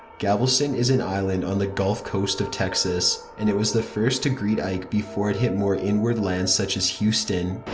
galveston is an island on the gulf coast of texas, and it was the first to greet ike before it hit more inward lands such as houston.